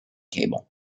cable